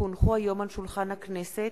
כי הונחו היום על שולחן הכנסת,